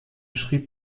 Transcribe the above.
schrieb